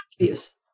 abuse